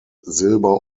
silber